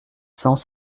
cents